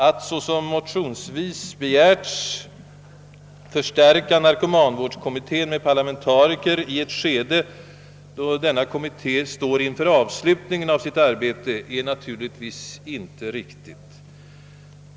Att, såsom motionsvis begärts, förstärka narkomanvårdskommittén med parlamentariker i ett skede då denna kommitté står inför avslutningen av sitt arbete är naturligtvis inte riktigt.